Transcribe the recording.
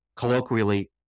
Colloquially